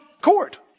court